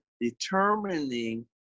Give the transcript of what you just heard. determining